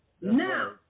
Now